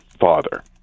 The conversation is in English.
father